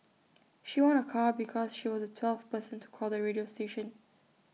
she won A car because she was the twelfth person to call the radio station